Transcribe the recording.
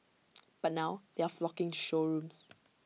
but now they are flocking showrooms